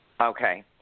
okay